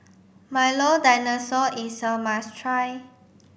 Milo Dinosaur is a must try